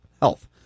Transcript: health